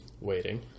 waiting